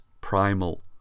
primal